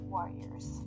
Warriors